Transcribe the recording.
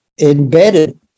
embedded